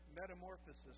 metamorphosis